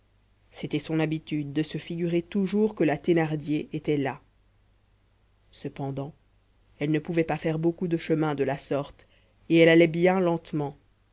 c'était son habitude de se figurer toujours que la thénardier était là cependant elle ne pouvait pas faire beaucoup de chemin de la sorte et elle allait bien lentement